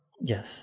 yes